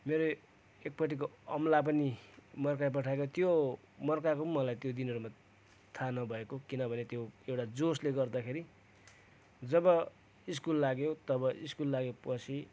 मेरो एकपट्टिको औँला पनि मर्काइपठाएको त्यो मर्काएको पनि मलाई त्यो दिनहरूमा थाहा नभएको किनभने त्यो एउटा जोसले गर्दाखेरि जब स्कुल लाग्यो तब स्कुल लागेपछि